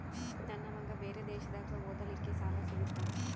ನನ್ನ ಮಗ ಬೇರೆ ದೇಶದಾಗ ಓದಲಿಕ್ಕೆ ಸಾಲ ಸಿಗುತ್ತಾ?